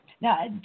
Now